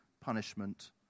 punishment